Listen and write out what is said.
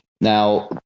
now